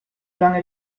lange